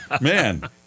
Man